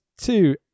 two